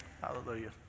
Hallelujah